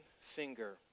finger